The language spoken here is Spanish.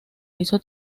hizo